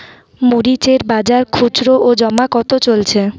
মরিচ এর বাজার খুচরো ও জমা কত চলছে?